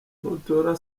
nutora